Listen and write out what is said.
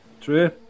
True